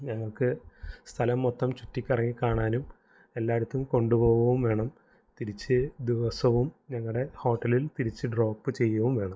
ഞങ്ങൾക്ക് സ്ഥലം മൊത്തം ചുറ്റിക്കറങ്ങി കാണാനും എല്ലായിടത്തും കൊണ്ടുപോവുകയും വേണം തിരിച്ച് ദിവസവും ഞങ്ങളുടെ ഹോട്ടലിൽ തിരിച്ച് ഡ്രോപ്പ് ചെയ്യുകയും വേണം